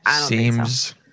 seems